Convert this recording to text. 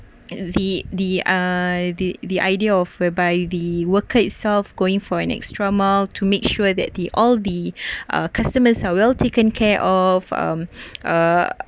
the the uh the the idea of whereby the worker itself going for an extra mile to make sure that the all the uh customers are well taken care of um uh